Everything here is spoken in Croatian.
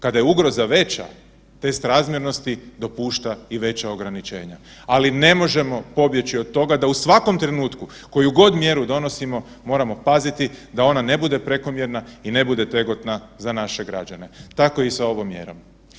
Kada je ugroza veća test razmjernosti dopušta i veća ograničenja, ali ne možemo pobjeći od toga da u svakom trenutku koju god mjeru donosimo moramo paziti da ne bude prekomjerna i ne bude otegotna za naše građane, tako i sa ovom mjerom.